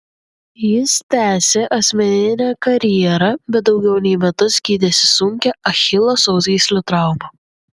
jis tęsė asmeninę karjerą bet daugiau nei metus gydėsi sunkią achilo sausgyslių traumą